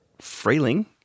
Freeling